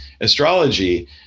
astrology